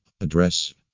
Address